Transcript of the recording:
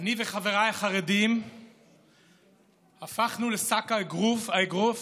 אני וחבריי החרדים הפכנו לשק האגרוף